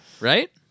right